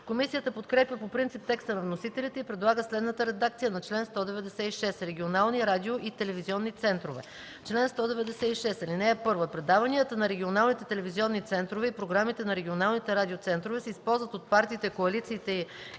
Комисията подкрепя по принцип текста на вносителите и предлага следната редакция на чл. 196: „Регионални радио- и теливизионни центрове Чл. 196. (1) Предаванията на регионалните телевизионни центрове и програмите на регионалните радиоцентрове се използват от партиите, коалициите и